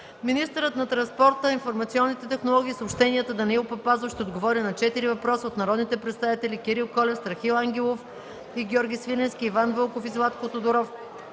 Министърът на транспорта, информационните технологии и съобщенията Данаил Папазов ще отговори на четири въпроса от народните представители Кирил Колев; Страхил Ангелов и Георги Свиленски; Иван Вълков; и Златко Тодоров.